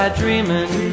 dreaming